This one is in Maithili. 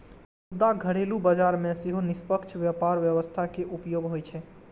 मुदा घरेलू बाजार मे सेहो निष्पक्ष व्यापार व्यवस्था के उपयोग होइ छै